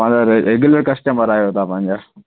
पंहिंजा र regular customer आहियो तव्हां पंहिंजा